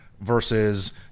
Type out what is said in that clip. versus